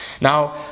Now